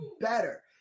better